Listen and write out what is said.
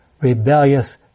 rebellious